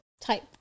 type